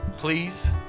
Please